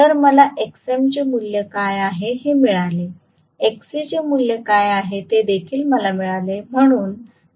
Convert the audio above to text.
तर मला Xm चे मूल्य काय आहे ते मिळाले Xc चे मूल्य काय आहे ते देखील मला मिळाले